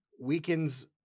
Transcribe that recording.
Weakens